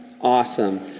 Awesome